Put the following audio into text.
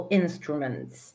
instruments